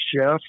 chef